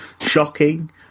Shocking